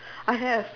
I have